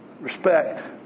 Respect